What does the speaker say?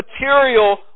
material